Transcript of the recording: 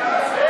להסיר